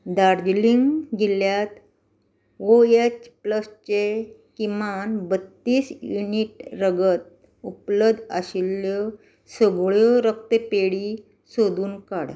दार्जिलिंग जिल्ल्यांत O H प्लसचें किमान बत्तीस युनीट रगत उपलब्ध आशिल्ल्यो सगळ्यो रक्तपेढी सोदून काड